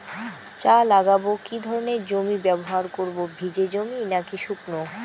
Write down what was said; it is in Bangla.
চা লাগাবো কি ধরনের জমি ব্যবহার করব ভিজে জমি নাকি শুকনো?